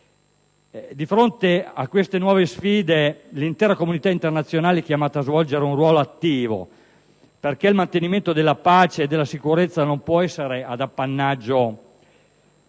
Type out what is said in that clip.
di fronte a queste nuove sfide l'intera comunità internazionale è chiamata a svolgere un ruolo attivo, perché il mantenimento della pace e della sicurezza non può essere appannaggio